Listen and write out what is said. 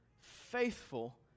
faithful